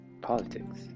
politics